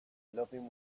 loving